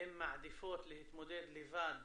הן מעדיפות להתמודד לבד